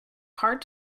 heart